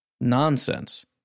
nonsense